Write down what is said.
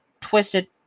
twisted